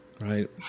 right